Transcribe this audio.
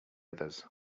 others